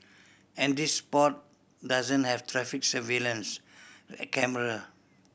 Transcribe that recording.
and this spot doesn't have traffic surveillance a camera